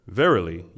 verily